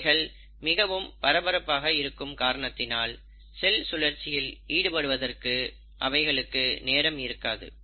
அவைகள் மிகவும் பரபரப்பாக இருக்கும் காரணத்தினால் செல் சுழற்சியில் ஈடுபடுவதற்கு அவைகளுக்கு நேரம் இருக்காது